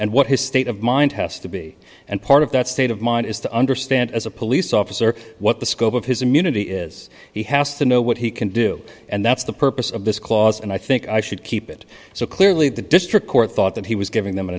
and what his state of mind has to be and part of that state of mind is to understand as a police officer what the scope of his immunity is he has to know what he can do and that's the purpose of this clause and i think i should keep it so clearly the district court thought that he was giving them an